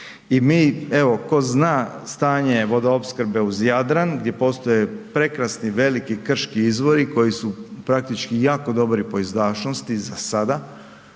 i mi evo, tko zna stanje vodoopskrbe uz Jadran, gdje postoje prekrasni veliki krški izvori koji su praktički jako dobri po izdašnosti za sada.